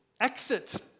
exit